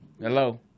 Hello